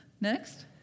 Next